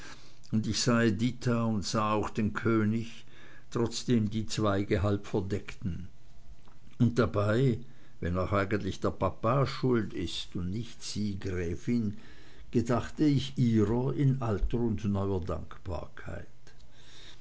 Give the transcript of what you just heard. und sah auch den könig trotzdem ihn die zweige halb verdeckten und dabei wenn auch eigentlich der papa schuld ist und nicht sie gräfin gedacht ich ihrer in alter und neuer dankbarkeit